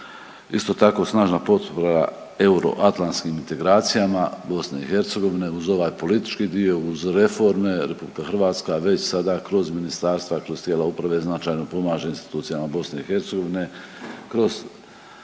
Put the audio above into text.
Isto tako, snažna potpora euroatlantskim integracijama BiH uz ovaj politički dio, uz reforme, RH već sada kroz ministarstva, kroz tijela uprave značajno pomaže institucijama BiH kroz